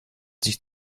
sich